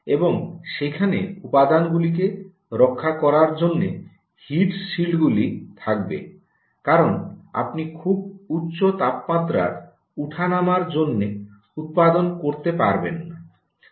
এবং সেখানে উপাদানগুলিকে রক্ষা করার জন্য হিট শীল্ডগুলি থাকবে কারণ আপনি খুব উচ্চ তাপমাত্রার ওঠানামার জন্য উত্পাদন করতে পারবেন না